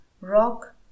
Rock